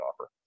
offer